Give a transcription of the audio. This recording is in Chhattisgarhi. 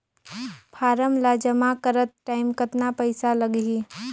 फारम ला जमा करत टाइम कतना पइसा लगही?